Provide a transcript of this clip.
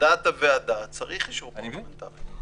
לדעת הוועדה צריך אישור פרלמנטרי.